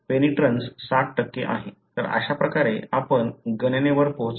तर अशा प्रकारे आपण गणनेवर पोहोचता